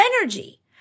energy